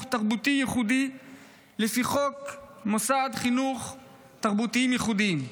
תרבותי ייחודי לפי חוק מוסדות חינוך תרבותיים ייחודיים.